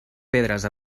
pedres